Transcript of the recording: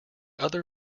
other